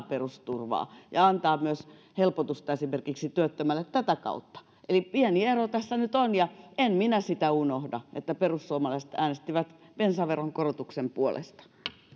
perusturvaa ja antaa myös helpotusta esimerkiksi työttömälle tätä kautta eli pieni ero tässä nyt on ja en minä sitä unohda että perussuomalaiset äänestivät bensaveron korotuksen puolesta